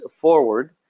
forward